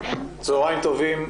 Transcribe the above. טובים.